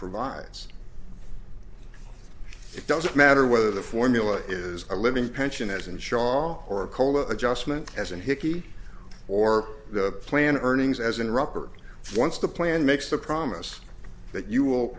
provides it doesn't matter whether the formula is a living pension as in shaw or cola adjustment as in hickey or the plan earnings as in record once the plan makes the promise that you will